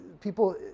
people